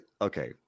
Okay